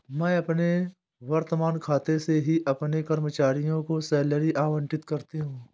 मैं अपने वर्तमान खाते से ही अपने कर्मचारियों को सैलरी आबंटित करती हूँ